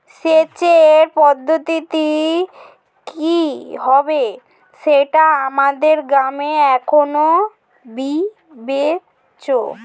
সেচের পদ্ধতিটি কি হবে সেটা আমাদের গ্রামে এখনো বিবেচ্য